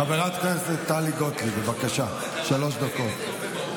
חברת הכנסת טלי גוטליב, בבקשה, שלוש דקות.